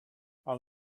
ond